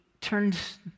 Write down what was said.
turns